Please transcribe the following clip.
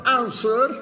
answer